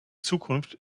zukunft